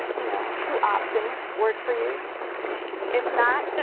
you know two options work for you if not,